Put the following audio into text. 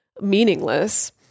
meaningless